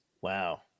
Wow